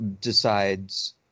decides